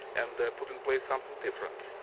and they put in place something different.